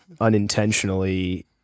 unintentionally